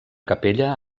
capella